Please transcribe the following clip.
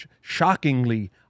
shockingly